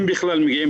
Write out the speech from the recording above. אם בכלל מגיעים,